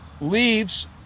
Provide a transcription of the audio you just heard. leaves